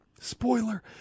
spoiler